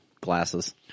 glasses